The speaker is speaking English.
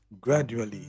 gradually